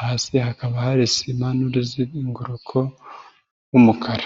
hasi hakaba hari sima n'umuzenguruko w'umukara.